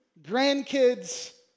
grandkids